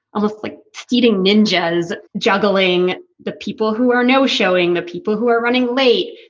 almost like speeding ninjas, juggling the people who are no showing, the people who are running late,